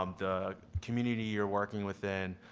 um the community you're working within,